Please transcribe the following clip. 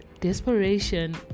desperation